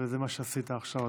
וזה מה שעשית עכשיו,